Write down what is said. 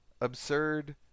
absurd